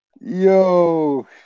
Yo